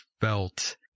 felt